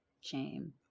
Shame